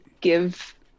give